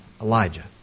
Elijah